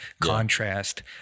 contrast